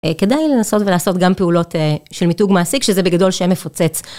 כדאי לנסות ולעשות גם פעולות של מיתוג מעסיק, שזה בגדול שם מפוצץ.